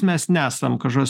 mes nesam kažkas